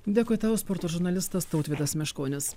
dėkui tau sporto žurnalistas tautvydas meškonis